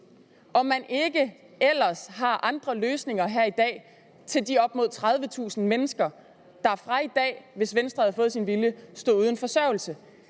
og man ikke ellers har andre løsninger her i dag til de op mod 30.000 mennesker, der, hvis Venstre havde fået sin vilje, fra i dag ville